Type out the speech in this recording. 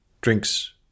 drinks